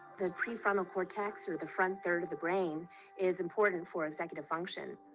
the prefrontal cortex or the front third of the brain is important for executive function.